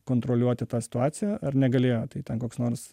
kontroliuoti tą situaciją ar negalėjo tai ten koks nors